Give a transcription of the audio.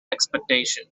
expectation